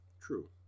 True